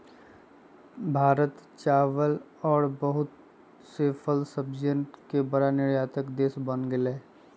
भारत चावल और बहुत से फल सब्जियन के बड़ा निर्यातक देश बन गेलय